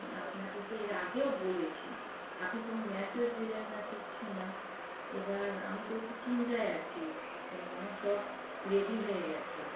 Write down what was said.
আপনাকে তো এর আগেও বলেছি আপনি কোনো মেসেজ দিলেন না কিচ্ছু না এবার আমি তো একটু চিন্তায় আছি কেন আমার সব রেডি হয়ে গেছে